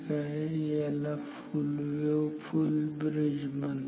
तर याला full wave full bridge म्हणतात